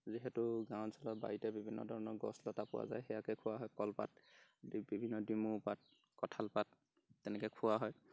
যিহেতু গাঁও অঞ্চলত বাৰীতে বিভিন্ন ধৰণৰ গছ লতা পোৱা যায় সেয়াকে খোঁওৱা হয় কলপাত বিভিন্ন দিমৌ পাত কঠাল পাত তেনেকৈ খোওঁৱা হয়